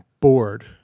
bored